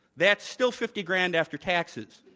that's still fifty grand after taxes.